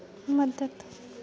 मदद